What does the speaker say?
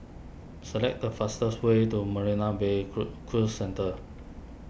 select the fastest way to Marina Bay Crue Cruise Centre